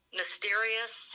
mysterious